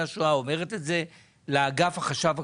השואה והיא אומרת את זה לאגף החשב הכללי,